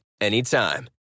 anytime